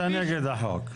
אתה נגד החוק.